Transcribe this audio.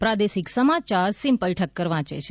પ્રાદેશિક સમાયાર સિમ્પલ ઠકકર વાંચે છે